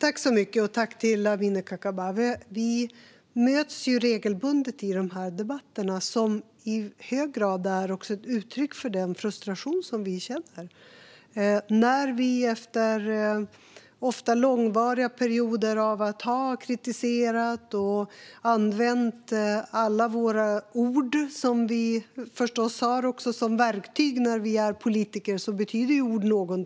Fru talman! Tack till Amineh Kakabaveh. Vi möts regelbundet i dessa debatter, som i hög grad är ett uttryck för den frustration som vi känner efter ofta långvariga perioder då vi har kritiserat och använt alla våra ord, som vi politiker har som verktyg. Ord betyder något.